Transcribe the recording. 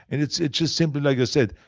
and it's it's just simply like i said,